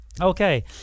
Okay